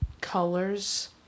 colors